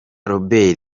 robert